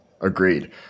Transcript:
Agreed